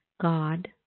God